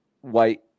white